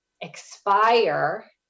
expire